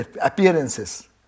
appearances